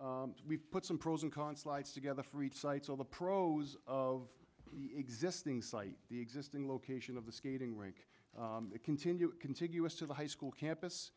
behind we've put some pros and cons lights together for each site's all the pros of the existing site the existing location of the skating rink continue contiguous to the high school campus